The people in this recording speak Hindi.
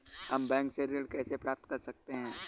हम बैंक से ऋण कैसे प्राप्त कर सकते हैं?